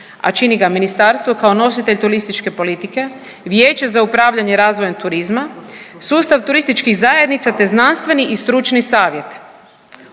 a čini ga ministarstvo kao nositelj turističke politike, vijeće za upravljanje razvojem turizma, sustav turističkih zajednica te znanstveni i stručni savjet.